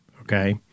okay